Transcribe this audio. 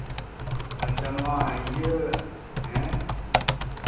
ᱟᱪᱪᱷᱟ ᱱᱚᱣᱟ ᱤᱭᱟᱹ ᱦᱮᱸ